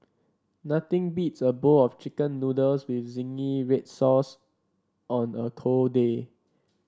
nothing beats a bowl of chicken noodles with zingy red sauce on a cold day